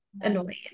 Annoying